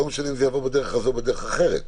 ולא משנה אם זה יבוא בדרך הזאת או בדרך אחרת.